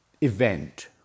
event